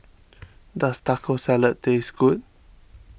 does Taco Salad taste good